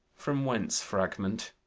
from whence, fragment?